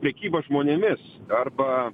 prekyba žmonėmis arba